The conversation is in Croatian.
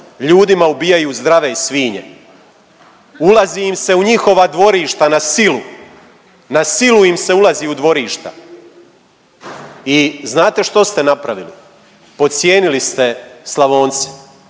ljudima ubijaju zdrave svinje. Ulazi im se u njihova dvorišta na silu, na silu im se ulazi u dvorišta. I znate što ste napravili? Podcijenili ste Slavonce.